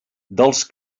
dels